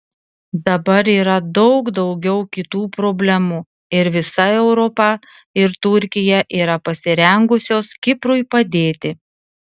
dabar yra daug daugiau kitų problemų ir visa europa ir turkija yra pasirengusios kiprui padėti